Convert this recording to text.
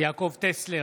יעקב טסלר,